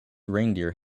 reindeer